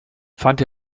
fand